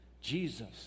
jesus